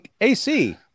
AC